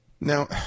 Now